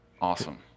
Awesome